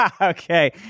Okay